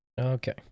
Okay